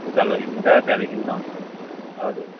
उकालो हिँडेर त्यहाँदेखि अब हजुर